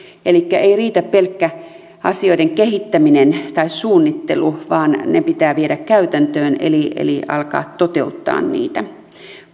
elikkä ei riitä pelkkä asioiden kehittäminen tai suunnittelu vaan ne pitää viedä käytäntöön eli eli alkaa toteuttaa niitä